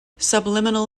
subliminal